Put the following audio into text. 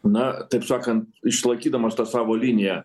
na taip sakant išlaikydamas tą savo liniją